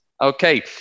Okay